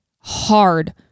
hard